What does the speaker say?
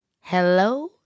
Hello